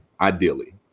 ideally